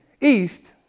east